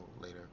later